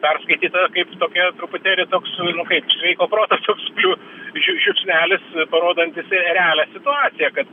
perskaityta kaip tokia truputėlį toks nu kaip sveiko proto toks pliū žiupsnelis parodantis realią situaciją kad